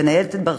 בין היתר,